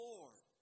Lord